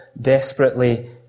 desperately